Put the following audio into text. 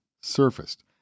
surfaced